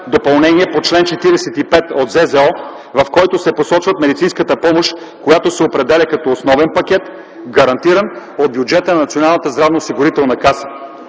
допълнения по чл. 45 от ЗЗО, в който се посочва медицинската помощ, която се определя като основен пакет, гарантиран от бюджета на Националната здравноосигурителна каса.